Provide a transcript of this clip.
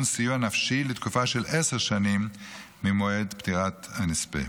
סיוע נפשי לתקופה של עשר שנים ממועד פטירת הנספה.